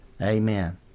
Amen